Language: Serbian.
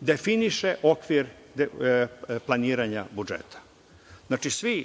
definiše okvir planiranja budžeta. Znači, svi